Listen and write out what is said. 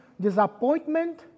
disappointment